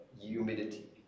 humidity